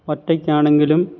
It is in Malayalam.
ഒറ്റയ്ക്കാണെങ്കിലും